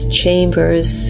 chambers